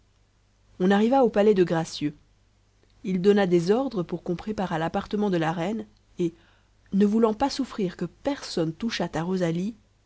on arriva au palais de gracieux il donna des ordres pour qu'on préparât l'appartement de la reine et ne voulant pas souffrir que personne touchât à rosalie